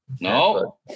No